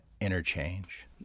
interchange